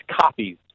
copies